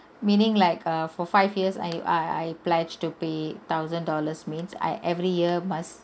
meaning like err for five years I uh I pledge to pay thousand dollars means I every year must